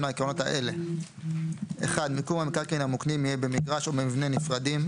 לעקרונות האלה: (1) מיקום המקרקעין המוקנים יהיה במגרש או במבנה נפרדים,